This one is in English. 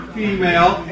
female